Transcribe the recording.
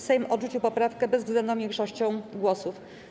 Sejm odrzucił poprawkę bezwzględną większością głosów.